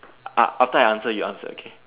aft~ after I answer you answer okay